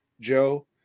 Joe